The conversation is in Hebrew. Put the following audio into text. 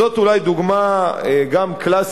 זאת אולי דוגמה קלאסית,